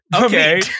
Okay